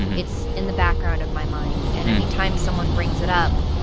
it's in the background of my mind. and anytime someone brings it up,